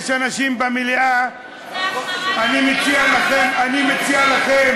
יש אנשים במליאה, אני מציע לכם, אני מציע לכם,